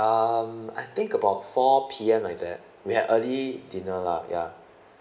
um I think about four P_M like that we had early dinner lah ya